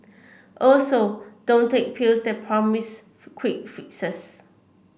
also don't take pills that promise quick fixes